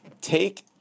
take